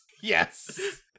yes